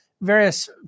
Various